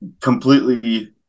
completely